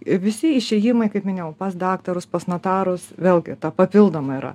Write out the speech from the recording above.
visi išėjimai kaip minėjau pas daktarus pas nutarus vėlgi ta papildoma yra